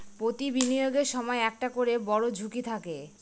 প্রতি বিনিয়োগের সময় একটা করে বড়ো ঝুঁকি থাকে